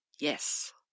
yes